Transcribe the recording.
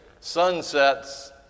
sunsets